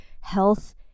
health